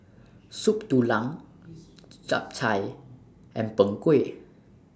Soup Tulang Chap Chai and Png Kueh